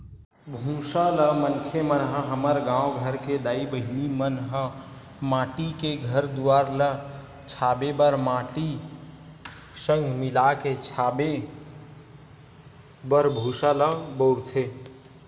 भूसा ल मनखे मन ह हमर गाँव घर के दाई बहिनी मन ह माटी के घर दुवार ल छाबे बर माटी संग मिलाके छाबे बर भूसा ल बउरथे